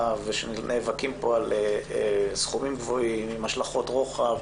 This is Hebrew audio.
כשנאבקים פה על סכומים גבוהים עם השלכות רוחב.